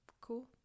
Cool